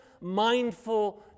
mindful